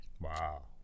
Wow